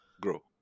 grow